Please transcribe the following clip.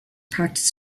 practice